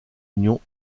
union